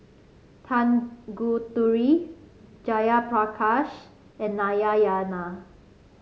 Tanguturi Jayaprakash and Nayayana